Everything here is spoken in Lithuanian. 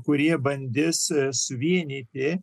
kurie bandys suvienyti